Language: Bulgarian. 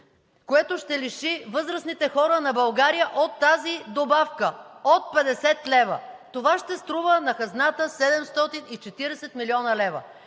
което ще лиши възрастните хора на България от тази добавка от 50 лв. Това ще струва на хазната 740 млн. лв.!